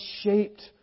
shaped